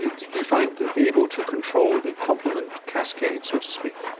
did you find it able to control the complement cascade, so to speak?